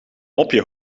mopje